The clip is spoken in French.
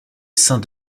saint